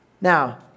Now